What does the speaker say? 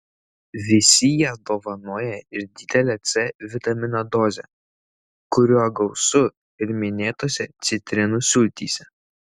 visi jie dovanoja ir didelę c vitamino dozę kurio gausu ir minėtose citrinų sultyse